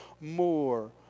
more